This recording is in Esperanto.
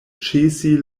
ĉesi